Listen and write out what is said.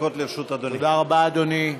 תודה רבה, אדוני.